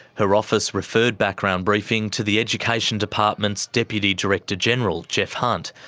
her office referred background briefing to the education department's deputy director-general, jeff hunt,